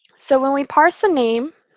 so when we parse a name,